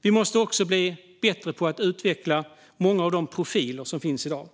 Vi måste också bli bättre på att utveckla många av de profiler som finns i dag.